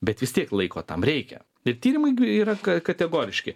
bet vis tiek laiko tam reikia ir tyrimai g yra ka kategoriški